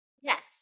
Yes